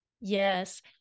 Yes